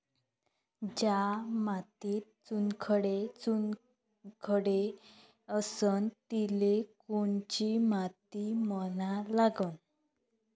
ज्या मातीत चुनखडे चुनखडे असन तिले कोनची माती म्हना लागन?